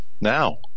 now